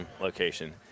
location